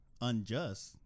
unjust